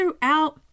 throughout